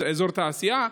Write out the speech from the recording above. אזור תעשייה.